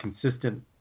consistent